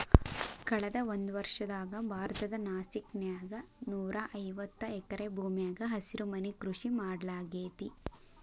ಕಳದ ಒಂದ್ವರ್ಷದಾಗ ಭಾರತದ ನಾಸಿಕ್ ನ್ಯಾಗ ನೂರಾಐವತ್ತ ಎಕರೆ ಭೂಮ್ಯಾಗ ಹಸಿರುಮನಿ ಕೃಷಿ ಮಾಡ್ಲಾಗೇತಿ